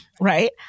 right